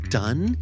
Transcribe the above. done